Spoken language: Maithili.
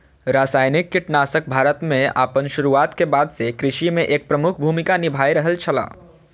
रासायनिक कीटनाशक भारत में आपन शुरुआत के बाद से कृषि में एक प्रमुख भूमिका निभाय रहल छला